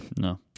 No